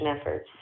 efforts